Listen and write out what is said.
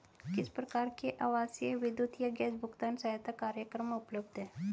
किस प्रकार के आवासीय विद्युत या गैस भुगतान सहायता कार्यक्रम उपलब्ध हैं?